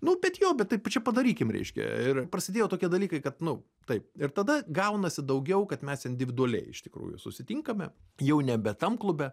nu bet jo bet taip čia padarykim reiškia ir prasidėjo tokie dalykai kad nu taip ir tada gaunasi daugiau kad mes individualiai iš tikrųjų susitinkame jau nebe tam klube